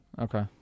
Okay